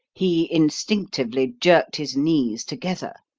he instinctively jerked his knees together.